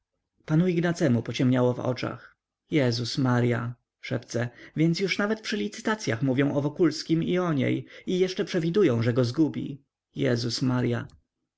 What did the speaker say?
nie da rady panu ignacemu pociemniało w oczach jezus marya szepce więc już nawet przy licytacyach mówią o wokulskim i o niej i jeszcze przewidują że go zgubi jezus marya